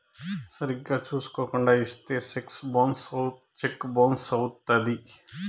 సరిగ్గా చూసుకోకుండా ఇత్తే సెక్కు బౌన్స్ అవుత్తది